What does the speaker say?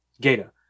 Gata